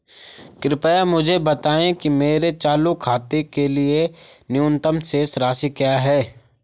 कृपया मुझे बताएं कि मेरे चालू खाते के लिए न्यूनतम शेष राशि क्या है?